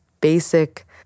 basic